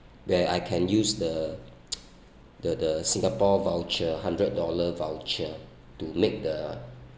where I can use the the the singapore voucher hundred dollar voucher to make the